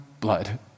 blood